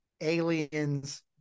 aliens